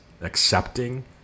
accepting